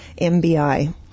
MBI